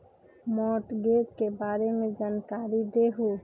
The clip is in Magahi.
मॉर्टगेज के बारे में जानकारी देहु?